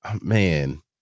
man